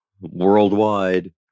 worldwide